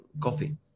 coffee